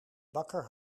bakker